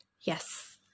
Yes